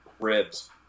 ribs